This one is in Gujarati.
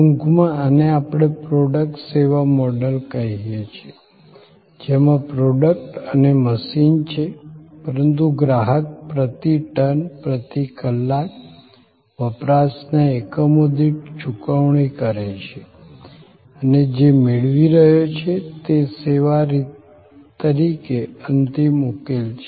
ટૂંકમાં આને આપણે પ્રોડક્ટ સેવા મોડલ કહીએ છીએ જેમાં પ્રોડક્ટ અને મશીન છે પરંતુ ગ્રાહક પ્રતિ ટન પ્રતિ કલાક વપરાશના એકમો દીઠ ચૂકવણી કરે છે અને જે મેળવી રહ્યો છે તે સેવા તરીકે અંતિમ ઉકેલ છે